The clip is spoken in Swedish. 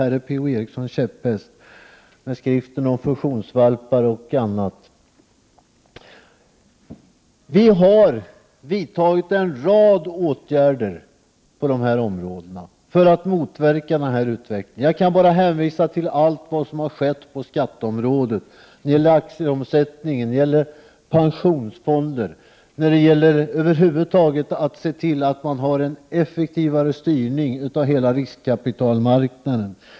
Jag vet att frågan om ökade tendenser till koncentration — med fusionsvalpar och annat — är Per-Ola Erikssons käpphäst. Vi har vidtagit en rad åtgärder på dessa områden för att motverka denna utveckling. Jag kan bara hänvisa till allt som har skett på skatteområdet när det gäller aktieomsättningen, pensionsfonder och över huvud taget en effektivare styrning av hela riskkapitalmarknaden.